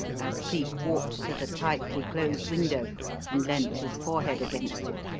as cleek walked to the tightly closed window and leant his forehead against it.